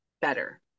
better